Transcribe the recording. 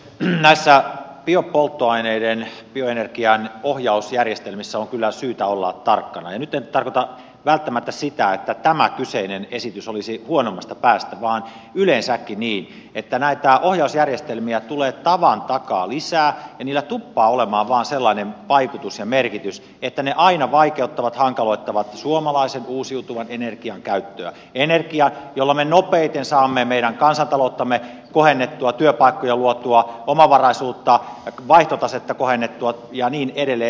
näissä biopolttoaineiden bioenergian ohjausjärjestelmissä on kyllä syytä olla tarkkana ja nyt en tarkoita välttämättä sitä että tämä kyseinen esitys olisi huonoimmasta päästä vaan yleensäkin sitä että näitä ohjausjärjestelmiä tulee tavan takaa lisää ja niillä tuppaa vain olemaan sellainen vaikutus ja merkitys että ne aina vaikeuttavat hankaloittavat suomalaisen uusiutuvan energian käyttöä energian jolla me nopeiten saamme meidän kansantalouttamme kohennettua työpaikkoja luotua omavaraisuutta vaihtotasetta kohennettua ja niin edelleen